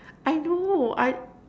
I know I